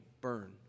burn